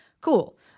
Cool